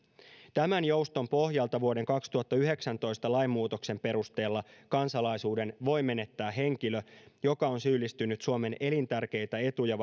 tämän jouston pohjalta vuoden kaksituhattayhdeksäntoista lainmuutoksen perusteella kansalaisuuden voi menettää henkilö joka on syyllistynyt suomen elintärkeitä etuja